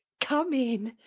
come in!